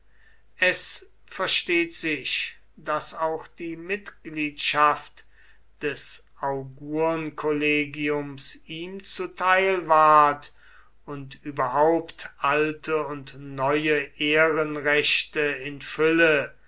es versteht sich daß auch die mitgliedschaft des augurnkollegiums ihm zuteil ward und überhaupt alte und neue ehrenrechte in fülle